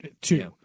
two